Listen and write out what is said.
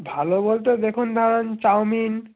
ভালো বলতে দেখুন চাওমিন